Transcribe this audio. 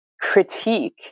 critique